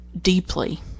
deeply